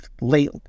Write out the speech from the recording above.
late